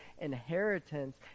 inheritance